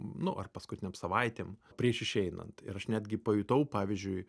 nu ar paskutinėm savaitėm prieš išeinant ir aš netgi pajutau pavyzdžiui